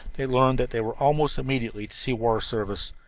they learned that they were almost immediately to see war service,